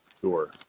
tour